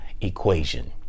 equation